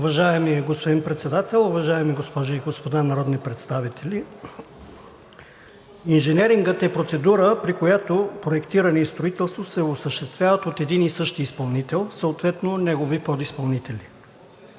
Уважаеми господин Председател, уважаеми госпожи и господа народни представители! Инженерингът е процедура, при която проектиране и строителство се осъществяват от един и същи изпълнител, съответно негови подизпълнители.